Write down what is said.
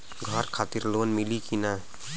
घर खातिर लोन मिली कि ना?